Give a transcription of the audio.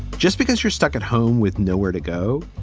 just because you're stuck at home with nowhere to go,